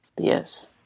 yes